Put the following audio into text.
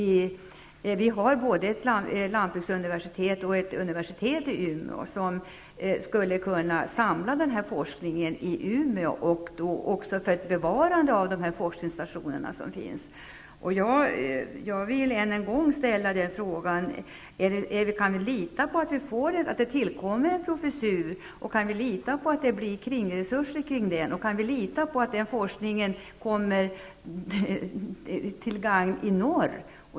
Vi har ett lantbruksuniversitet och ett universitet i Umeå. Man skulle kunna samla denna forskning i Umeå och bevara de forskningsstationer som finns. Jag vill än en gång ställa frågan: Kan vi lita på att en professur tillkommer och ytterligare resurser kring denna? Kan vi lita på att forskningen blir till gagn i norr?